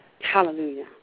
Hallelujah